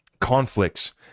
conflicts